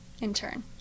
intern